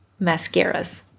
Mascaras